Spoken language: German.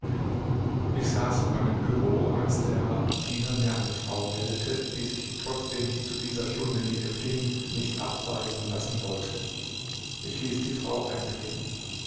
ich saß in meinem bureau als der diener mir eine frau meldete die sich trotzdem ich zu dieser stunde nicht empfing nicht abweisen lassen wollte ich ließ die frau eintreten